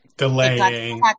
Delaying